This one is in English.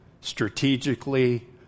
strategically